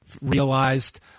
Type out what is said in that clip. realized